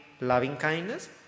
loving-kindness